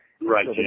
Right